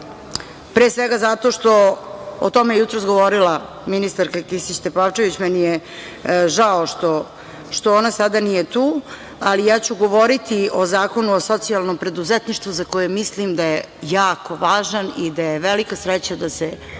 pre svega zato što je o tome jutros govorila ministarka Kisić Tepavčević. Meni je žao što ona sada nije tu, ali ja ću govoriti o Zakonu o socijalnom preduzetništvu za koji mislim da je jako važan i da je velika sreća da se napokon